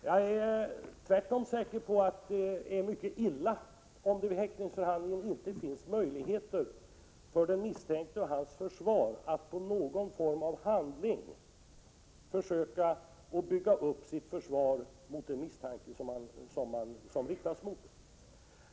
Jag är i stället säker på att det är mycket illa om det vid häktningsförhandling inte finns möjligheter för den misstänkte och hans försvar att på någon form av handling försöka bygga upp sitt försvar mot den misstanke som framförts.